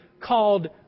called